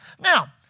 Now